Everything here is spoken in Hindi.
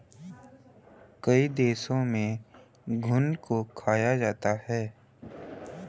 कई देशों में घुन को खाया जाता है